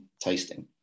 tasting